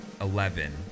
Eleven